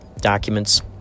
documents